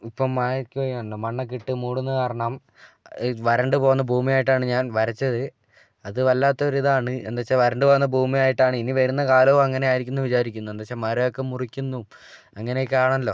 ഇപ്പം മായ്ക്കുകയാണല്ലോ മണ്ണൊക്കെ ഇട്ട് മൂടുന്നത് കാരണം വരണ്ട് പോകുന്ന ഭൂമി ആയിട്ടാണ് ഞാൻ വരച്ചത് അത് വല്ലാത്തൊരിതാണ് എന്താണെന്ന് വെച്ചാൽ വരണ്ടുപോകുന്ന ഭൂമിയായിട്ടാണ് ഇനി വരുന്ന കാലവും അങ്ങിനെ ആയിരിക്കുംന്നാണ് വിചാരിക്കുന്നത് എന്താണെന്ന് വെച്ചാൽ മരമൊക്കെ മുറിക്കുന്നു അങ്ങനെയൊക്കെ ആണല്ലോ